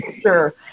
Sure